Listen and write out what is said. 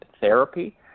therapy